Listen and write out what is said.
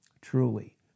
truly